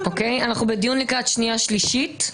אנו בדיון לקראת שנייה ושלישית.